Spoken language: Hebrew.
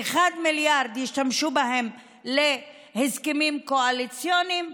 במיליארד אחד ישתמשו להסכמים קואליציוניים,